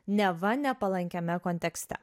neva nepalankiame kontekste